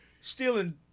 stealing